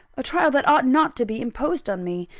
a trial that ought not to be imposed on me.